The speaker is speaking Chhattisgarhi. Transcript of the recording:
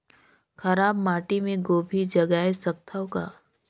खराब माटी मे गोभी जगाय सकथव का?